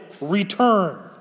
return